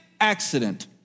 accident